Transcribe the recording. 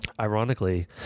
Ironically